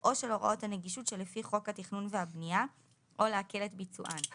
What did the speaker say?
או של הוראות הנגישות שלפי חוק התכנון והבנייה או להקל את ביצוען;